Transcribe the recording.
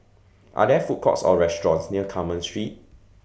Are There Food Courts Or restaurants near Carmen Street